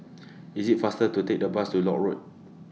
IS IT faster to Take The Bus to Lock Road